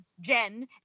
Jen